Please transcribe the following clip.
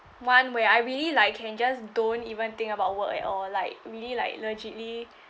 one where I really like can just don't even think about work at all like really like legitly